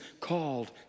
called